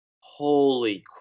Holy